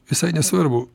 visai nesvarbu